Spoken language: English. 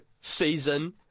Season